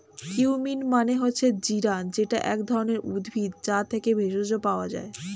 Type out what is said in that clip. cumin মানে হচ্ছে জিরা যেটা এক ধরণের উদ্ভিদ, যা থেকে ভেষজ পাওয়া যায়